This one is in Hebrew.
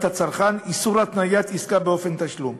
הצרכן: איסור התניית עסקה באופן התשלום.